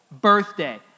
birthday